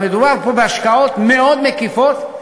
מדובר פה בהשקעות מאוד מקיפות.